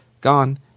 Gone